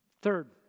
Third